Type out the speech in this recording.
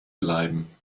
bleiben